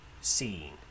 seen